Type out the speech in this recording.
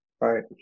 Right